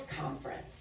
Conference